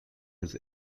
his